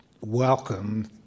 welcome